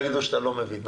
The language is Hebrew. יגידו שאתה לא מבין,